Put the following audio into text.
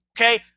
Okay